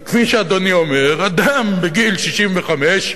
וכפי שאדוני אומר, אדם בגיל 65,